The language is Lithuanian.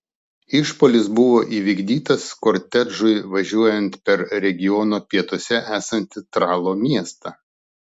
išpuolis buvo įvykdytas kortežui važiuojant per regiono pietuose esantį tralo miestą